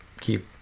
keep